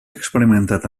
experimentat